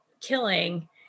killing